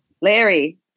Larry